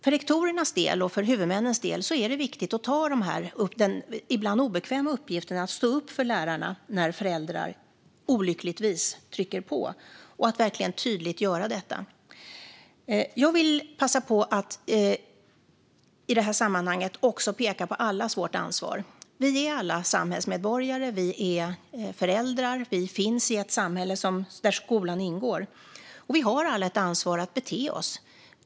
För rektorernas och huvudmännens del är det viktigt att ta på sig den ibland obekväma uppgiften att stå upp för lärarna när föräldrar olyckligtvis trycker på - och verkligen göra det tydligt. Jag vill i det här sammanhanget passa på att peka på allas vårt ansvar. Vi är alla samhällsmedborgare. Vi är föräldrar, och vi finns i ett samhälle där skolan ingår. Vi har alla ett ansvar att bete oss.